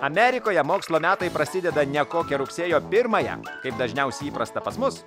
amerikoje mokslo metai prasideda ne kokią rugsėjo pirmąją kaip dažniausiai įprasta pas mus